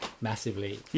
massively